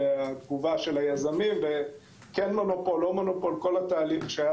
התגובה של היזמים וכן מונופול או לא מונופול כל התהליך שהיה